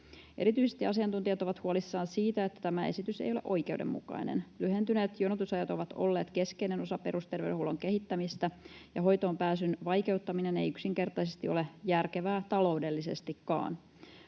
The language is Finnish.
Erityisesti asiantuntijat ovat huolissaan siitä, että tämä esitys ei ole oikeudenmukainen. Lyhentyneet jonotusajat ovat olleet keskeinen osa perusterveydenhuollon kehittämistä, ja hoitoonpääsyn vaikeuttaminen ei yksinkertaisesti ole järkevää taloudellisestikaan.